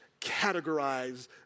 categorize